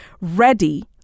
Ready